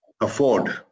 afford